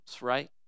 right